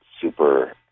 super